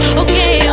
okay